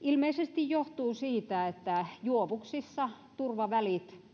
ilmeisesti johtuu siitä että juovuksissa turvavälit